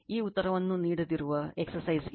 ಆ ಉತ್ತರವನ್ನು ನೀಡದಿರುವ ಎಕ್ಸರ್ಸೈಜ್ ಇದು